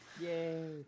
Yay